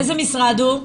מאיזה משרד הוא?